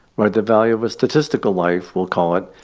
like the value of a statistical life, we'll call it,